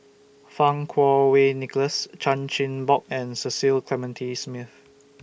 Fang Kuo Wei Nicholas Chan Chin Bock and Cecil Clementi Smith